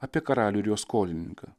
apie karalių ir jo skolininką